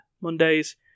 Mondays